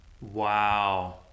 wow